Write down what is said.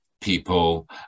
people